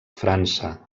frança